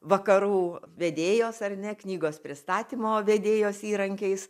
vakarų vedėjos ar ne knygos pristatymo vedėjos įrankiais